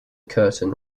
curtain